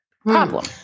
problem